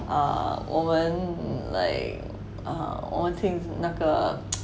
a 我们 like err 我们去那个